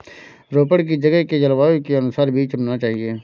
रोपड़ की जगह के जलवायु के अनुसार बीज चुनना चाहिए